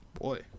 Boy